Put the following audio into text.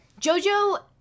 Jojo